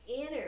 inner